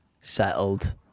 Settled